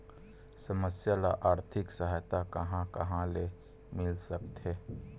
समस्या ल आर्थिक सहायता कहां कहा ले मिल सकथे?